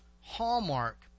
hallmark